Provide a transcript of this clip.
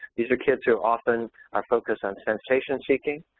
these are kids who often are focused on sensation seeking,